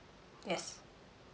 yes